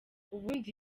ubundi